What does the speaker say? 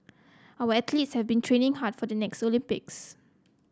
our athletes have been training hard for the next Olympics